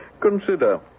Consider